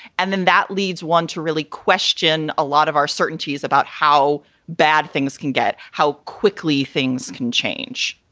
and then that leads one to really question a lot of our certainties about how bad things can get, how quickly things can change.